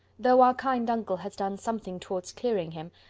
though our kind uncle has done something towards clearing him,